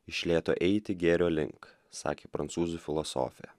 iš lėto eiti gėrio link sakė prancūzų filosofė